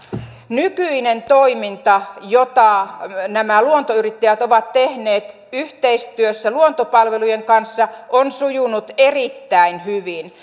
nykyinen toiminta jota nämä luontoyrittäjät ovat tehneet yhteistyössä luontopalvelujen kanssa on sujunut erittäin hyvin